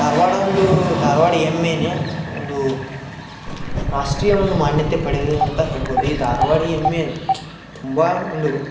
ಧಾರವಾಡ ಒಂದು ಧಾರವಾಡ ಎಮ್ಮೆಯೇ ಒಂದು ರಾಷ್ಟ್ರೀಯ ಒಂದು ಮಾನ್ಯತೆ ಪಡೆದಿದೆ ಅಂತ ಹೇಳ್ಬೋದು ಈ ಧಾರ್ವಾಡ ಎಮ್ಮೆ ತುಂಬ ಒಂದು